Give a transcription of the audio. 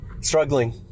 struggling